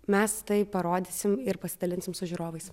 mes tai parodysim ir pasidalinsim su žiūrovais